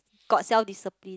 got self discipline